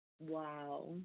Wow